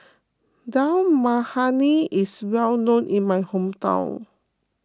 Dal Makhani is well known in my hometown